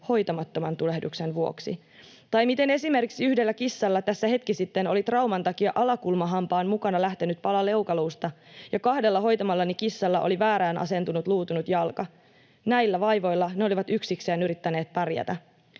hoitamattoman tulehduksen, vuoksi. Tai miten esimerkiksi yhdellä kissalla tässä hetki sitten oli trauman takia alakulmahampaan mukana lähtenyt pala leukaluusta ja kahdella hoitamallani kissalla oli väärään asentunut luutunut jalka. Näillä vaivoilla ne olivat yksikseen yrittäneet pärjätä.